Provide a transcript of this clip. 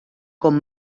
com